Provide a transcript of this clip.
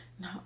No